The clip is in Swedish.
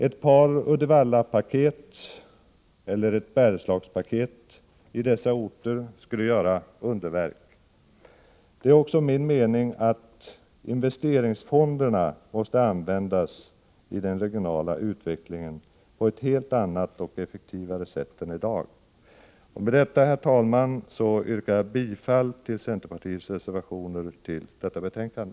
Ett par Uddevallapaket eller ett Bergslagspaket i dessa orter skulle göra underverk. Det är också min mening att investeringsfonderna måste användas i den regionala utvecklingen på ett helt annat och effektivare sätt än i dag. Med detta, herr talman, yrkar jag bifall till centerpartiets reservationer till detta betänkande.